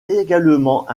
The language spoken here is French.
également